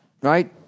right